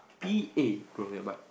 P A bro your butt